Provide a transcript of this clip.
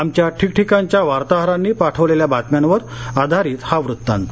आमच्या ठिकठिकाणच्या वार्ताहरांनी पाठवलेल्या बातम्यांच्यांवर आधारित हा वृत्तांत